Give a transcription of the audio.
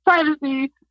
privacy